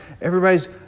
Everybody's